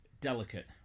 delicate